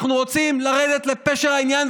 אנחנו רוצים לרדת לפשר העניין,